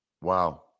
Wow